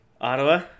ottawa